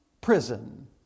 prison